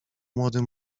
młody